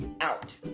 out